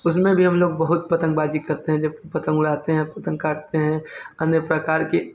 उसमे भी हम लोग बहुत पतंगबाजी करते हैं जब कि पतंग उड़ाते हैं पतंग काटते हैं अन्य प्रकार के